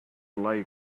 like